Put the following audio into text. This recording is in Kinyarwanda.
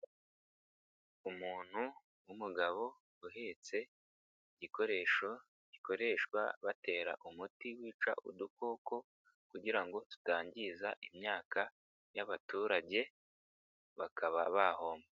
Umuntu w'umugabo uhetse igikoresho, gikoreshwa batera umuti wica udukoko ,kugira ngo tutangiza imyaka y'abaturage bakaba bahomba.